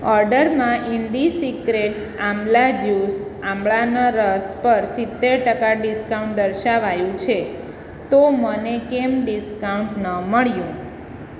ઓર્ડરમાં Indie Secrets amla juice આમળાના રસ પર સિત્તેર ટકા ડિસ્કાઉન્ટ દર્શાવાયું છે તો મને કેમ ડિસ્કાઉન્ટ ન મળ્યું